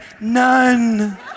None